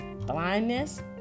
blindness